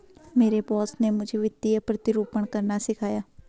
मेरे बॉस ने मुझे वित्तीय प्रतिरूपण करना सिखाया